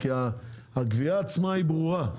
כי הקביעה עצמה היא ברורה.